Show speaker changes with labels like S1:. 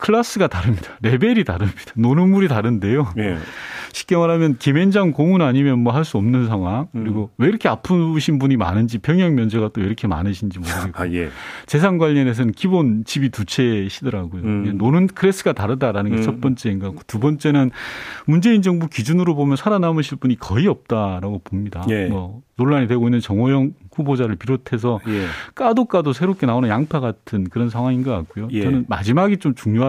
S1: 클래스가 다릅니다. 레벨이 다릅니다. 노는 물이 다른데요.
S2: 예.
S1: 쉽게 말하면 김앤장 고문 아니면 뭐 할 수 없는 상황. 그리고
S2: 음.
S1: 왜 이렇게 아프신 분이 많은지, 병역 면제가 또 왜 이렇게 많으신지 모르겠고.
S2: 아, 예.
S1: 재산 관련해서는 기본 집이 두 채시더라고요. 이제
S2: 음.
S1: 노는 클래스가 다르다라는 게 첫
S2: 음.
S1: 번째인 것 같고, 두 번째는 문재인 정부 기준으로 보면 살아남으실 분이 거의 없다라고 봅니다.
S2: 예.
S1: 뭐, 논란이 되고 있는 정호영 후보자를 비롯해서
S2: 예.
S1: 까도 까도 새롭게 나오는 양파 같은 그런 상황인 것 같고요. 저는
S2: 예.
S1: 마지막이 좀 중요하다.